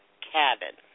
cabin